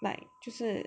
like 就是